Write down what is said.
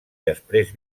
després